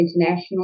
international